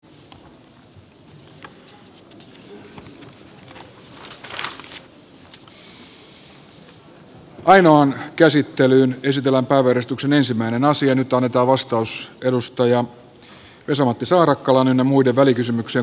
ainoan käsittelyyn ja sitä lankaa vartuksen ensimmäinen asia nyt annetaan vastaus vesa matti saarakkalan ynnä muuta